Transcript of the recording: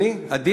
אני, כן, אני.